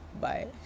Bye